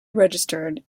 registered